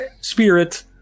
spirit